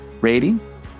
rating